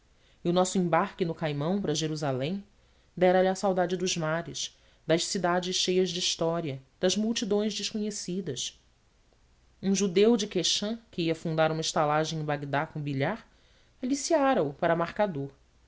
e o nosso embarque no caimão para jerusalém dera-lhe a saudade dos mares das cidades cheias de história das multidões desconhecidas um judeu de quechã que ia fundar uma estalagem em bagdá com bilhar aliciara o para marcador